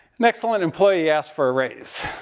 an excellent employee asks for a raise.